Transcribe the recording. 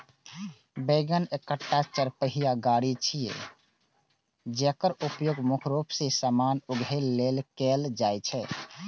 wagon एकटा चरपहिया गाड़ी छियै, जेकर उपयोग मुख्य रूप मे सामान उघै लेल कैल जाइ छै